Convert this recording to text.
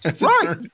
Right